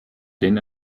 den